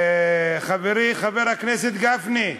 חברי חבר הכנסת גפני,